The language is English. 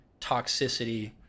toxicity